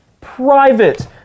private